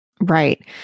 Right